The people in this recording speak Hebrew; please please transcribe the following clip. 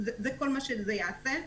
זה כל מה שזה יעשה.